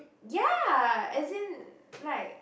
ya as in like